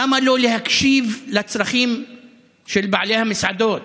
למה לא להקשיב לצרכים של בעלי המסעדות,